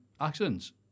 Accidents